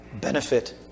benefit